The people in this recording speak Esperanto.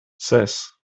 ses